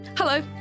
Hello